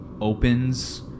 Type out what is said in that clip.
opens